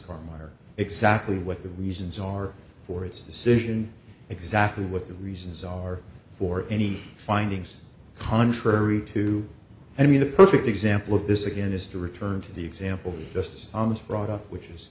are exactly what the reasons are for its decision exactly what the reasons are for any findings contrary to i mean a perfect example of this again is to return to the example just on this brought up which is